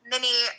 mini